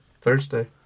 Thursday